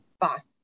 boss